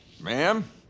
Ma'am